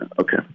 Okay